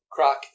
Croc